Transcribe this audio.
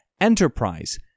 enterprise